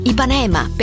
Ipanema